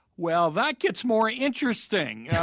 well, that gets more interesting. yeah